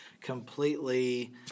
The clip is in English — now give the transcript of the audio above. completely